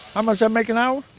how much i make an hour?